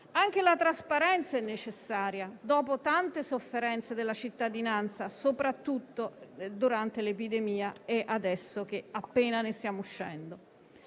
Anche la trasparenza è necessaria dopo tante sofferenze della cittadinanza, soprattutto durante l'epidemia e adesso che iniziamo a uscirne.